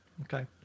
Okay